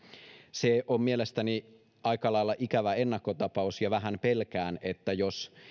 se on mielestäni aika lailla ikävä ennakkotapaus ja vähän pelkään että jos